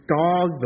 dog